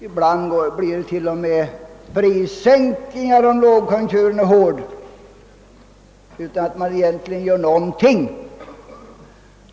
Ibland blir det t.o.m. prissänkningar, om lågkonjunkturen är kraftig, utan att man egentligen gör någonting.